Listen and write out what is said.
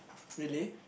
really